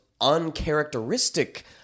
uncharacteristic